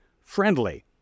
friendly